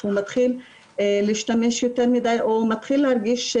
שהוא מתחיל להשתמש יותר מדי או מתחיל להרגיש,